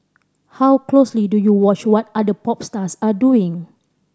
how closely do you watch what other pop stars are doing